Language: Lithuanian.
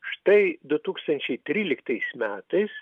štai du tūkstančiai tryliktais metais